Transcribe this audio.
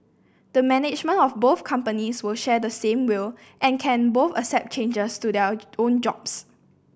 the management of both companies will share the same will and can both accept changes to their own jobs